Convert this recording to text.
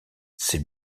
c’est